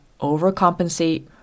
overcompensate